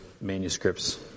manuscripts